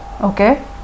Okay